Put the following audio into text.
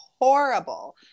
horrible